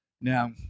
Now